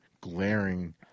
glaring